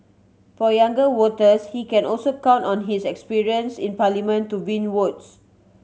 for younger voters he can also count on his experience in Parliament to win votes